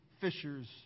fishers